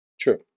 True